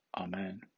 Amen